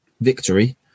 Victory